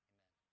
Amen